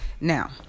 now